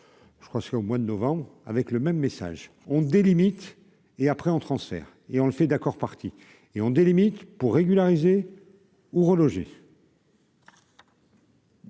je crois que c'est au mois de novembre avec le même message on délimite et après on transfert et on le fait d'accord partie et on délimite pour régulariser ou reloger.